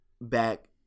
back